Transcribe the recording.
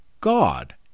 God